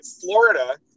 Florida